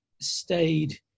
stayed